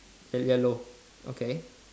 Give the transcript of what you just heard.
yellow yellow okay